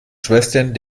schwestern